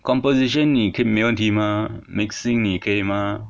composition 你可以没问题吗 mixing 你可以吗